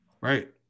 Right